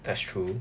that's true